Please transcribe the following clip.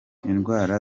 indwara